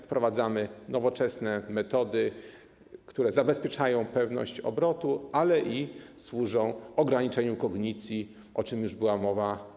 Wprowadzamy nowoczesne metody, które zabezpieczają pewność obrotu, ale i służą ograniczeniu kognicji, o czym już była mowa.